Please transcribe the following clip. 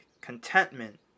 contentment